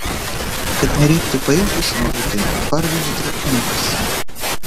kad nereiktų pailsusiem būti parvežė traukinukas